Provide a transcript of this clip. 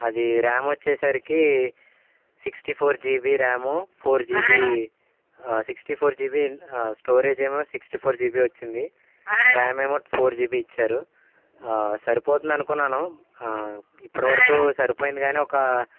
అది ర్యామ్ వచ్చేసరికి sixty four GB RAM four GB sixty four GB storage ఏమో sixty four GB వచ్చింది RAM ఏమో ఫోర్ జీబి ఇచ్చారు సరిపోతుంది అనుకున్నాను ఇప్పటివరకు సరిపోయింది కానీ ఒకా